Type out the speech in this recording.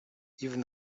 even